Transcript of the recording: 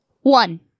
One